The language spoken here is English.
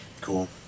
Cool